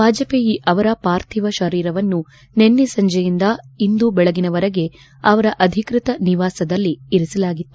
ವಾಜಪೇಯಿ ಅವರ ಪಾರ್ಥಿವ ಶರೀರವನ್ನು ನಿನ್ನೆ ಸಂಜೆಯಿಂದ ಇಂದು ಬೆಳಗಿನವರೆಗೆ ಅವರ ಅಧಿಕೃತ ನಿವಾಸದಲ್ಲಿ ಇರಿಸಲಾಗಿತ್ತು